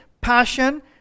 passion